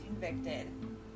convicted